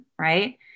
right